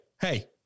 hey